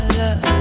love